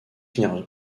finira